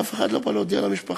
אף אחד לא בא להודיע למשפחה.